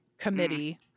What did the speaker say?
Committee